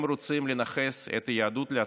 הם רוצים לנכס את היהדות לעצמם.